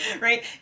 Right